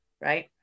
right